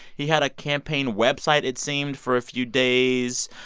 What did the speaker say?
he had a campaign website it seemed for a few days.